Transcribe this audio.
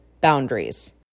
boundaries